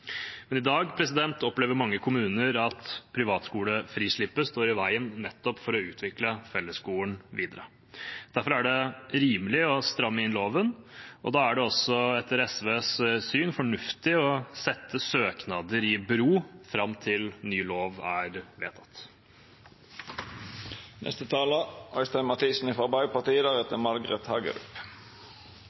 I dag opplever mange kommuner at privatskolefrislippet står i veien for nettopp å utvikle fellesskolen videre. Derfor er det rimelig å stramme inn loven, og da er det også, etter SVs syn, fornuftig å sette søknader i bero fram til ny lov er vedtatt. Lik mulighet til kunnskap og utdanning er